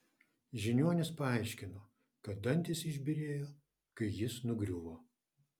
žiniuonis paaiškino kad dantys išbyrėjo kai jis nugriuvo